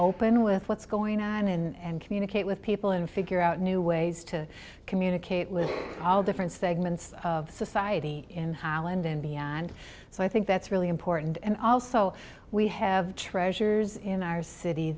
open with what's going on and communicate with people and figure out new ways to communicate with all different segments of society in holland and beyond so i think that's really important and also we have treasures in our city